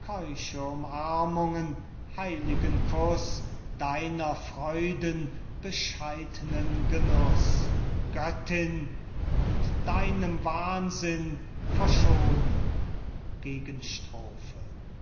umarmungen heiligen kuß deiner freuden bescheidnen genuß göttin mit deinem wahnsinn verschone